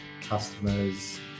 customers